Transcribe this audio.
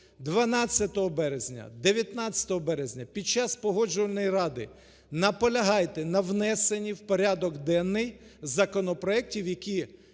12 березня, 19 березня під час Погоджувальної ради наполягайте на внесенні в порядок денний законопроектів, які